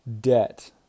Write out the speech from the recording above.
debt